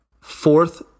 fourth